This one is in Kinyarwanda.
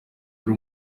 yari